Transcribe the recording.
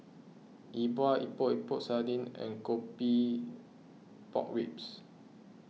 E Bua Epok Epok Sardin and Coffee Pork Ribs